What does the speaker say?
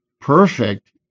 perfect